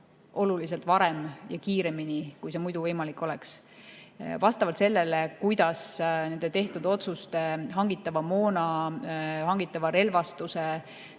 oluliselt kiiremini, kui see muidu võimalik oleks. Vastavalt sellele, kuidas nende tehtud otsustega hangitava moona, hangitava relvastuse,